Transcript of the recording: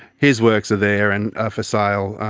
his works are there and ah for sale,